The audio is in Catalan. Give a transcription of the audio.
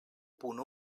punt